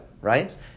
right